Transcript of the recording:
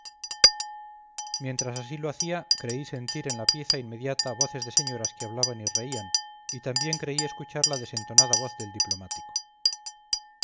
mientras así lo hacía creí sentir en la pieza inmediata voces de señoras que hablaban y reían y también creí escuchar la desentonada voz del diplomático